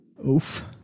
Oof